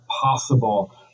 possible